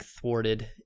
thwarted